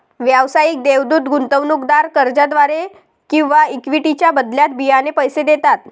व्यावसायिक देवदूत गुंतवणूकदार कर्जाद्वारे किंवा इक्विटीच्या बदल्यात बियाणे पैसे देतात